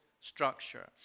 structure